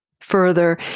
Further